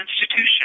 institution